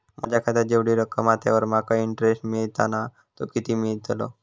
माझ्या खात्यात जेवढी रक्कम हा त्यावर माका तो इंटरेस्ट मिळता ना तो किती मिळतलो?